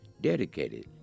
dedicated